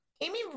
Amy